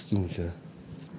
I want ice cream sia